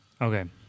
Okay